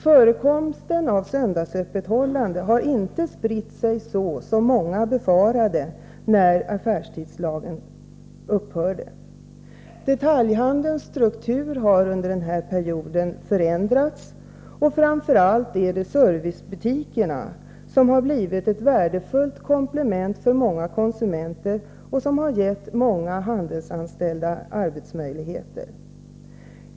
Förekomsten av söndagsöppethållande har inte fått en sådan spridning som många befarade när affärstidslagen upphörde. Detaljhandelns struktur har förändrats under den här perioden. Framför allt har servicebutikerna blivit ett värdefullt komplement för många konsumenter och gett många handelsanställda möjligheter till arbete.